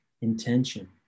intention